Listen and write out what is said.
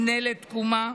מינהלת תקומה,